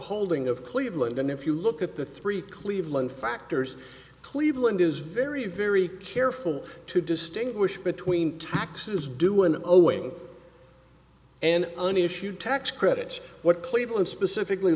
holding of cleveland and if you look at the three cleveland factors cleveland is very very careful to distinguish between taxes due and owing and an issue tax credit what cleveland specifically